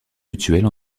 mutuelle